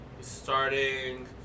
Starting